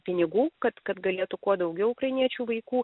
pinigų kad kad galėtų kuo daugiau ukrainiečių vaikų